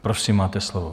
Prosím, máte slovo.